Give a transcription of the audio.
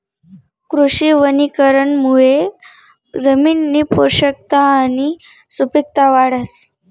कृषी वनीकरणमुये जमिननी पोषकता आणि सुपिकता वाढस